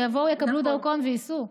יקבלו דרכון וייסעו.